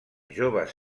joves